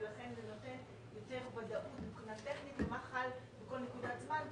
ולכן זה נותן יותר ודאות מבחינה טכנית למה חל בכל נקודת זמן,